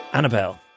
Annabelle